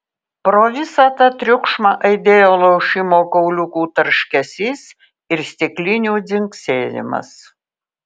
pro visą tą triukšmą aidėjo lošimo kauliukų tarškesys ir stiklinių dzingsėjimas